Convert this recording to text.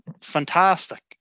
fantastic